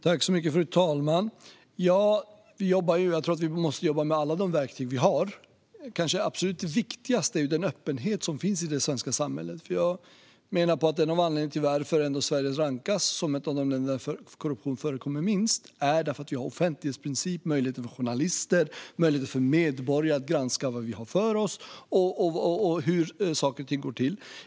Fru talman! Jag tror att vi måste jobba med alla de verktyg vi har. Det kanske absolut viktigaste är den öppenhet som finns i det svenska samhället. Jag menar att en av anledningarna till att Sverige rankas som ett av de länder där korruption förekommer minst är offentlighetsprincipen och möjligheten för journalister och medborgare att granska vad vi har för oss och hur saker och ting går till.